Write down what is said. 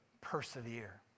Persevere